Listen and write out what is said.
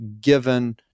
given